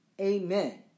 Amen